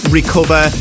recover